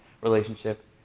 relationship